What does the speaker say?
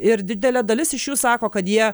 ir didelė dalis iš jų sako kad jie